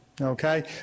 Okay